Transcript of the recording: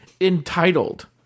entitled